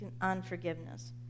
unforgiveness